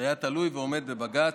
שהיה תלוי ועומד בבג"ץ,